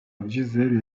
diesel